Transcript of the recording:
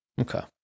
okay